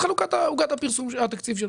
את חלוקת עוגת התקציב שלו.